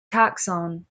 taxon